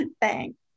Thanks